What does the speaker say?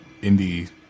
indie